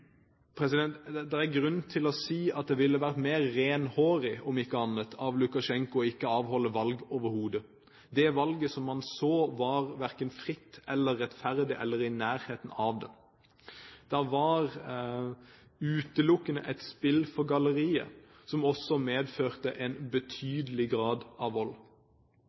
er grunn til å si at det ville vært mer renhårig – om ikke annet – av Lukasjenko ikke å avholde valg overhodet. Det valget man så, var verken fritt eller rettferdig – eller i nærheten av det. Det var utelukkende et spill for galleriet, som også medførte en betydelig grad av vold.